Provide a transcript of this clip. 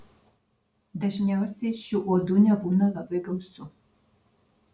dažniausiai šių uodų nebūna labai gausu